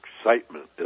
excitement